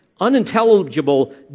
unintelligible